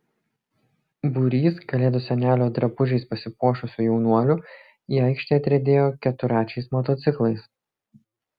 būrys kalėdų senelio drabužiais pasipuošusių jaunuolių į aikštę atriedėjo keturračiais motociklais